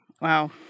Wow